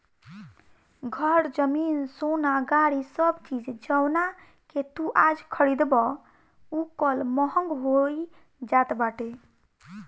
घर, जमीन, सोना, गाड़ी सब चीज जवना के तू आज खरीदबअ उ कल महंग होई जात बाटे